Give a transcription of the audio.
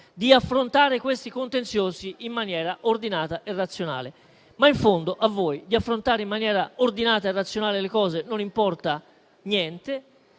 di affrontare questi contenziosi in maniera ordinata e razionale. Ma in fondo a voi di affrontare in maniera ordinata e razionale le cose non importa niente.